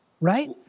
Right